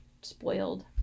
spoiled